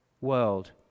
world